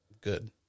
good